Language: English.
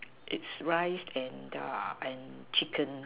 it's rice and duck and chicken